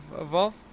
evolve